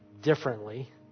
differently